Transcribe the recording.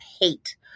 hate